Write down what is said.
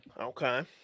Okay